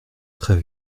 très